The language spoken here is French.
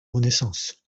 renaissance